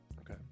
okay